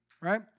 right